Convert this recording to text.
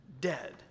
dead